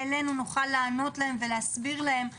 על מנת שנוכל לענות לפניות שמגיעות אלינו ולהסביר מה